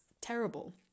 terrible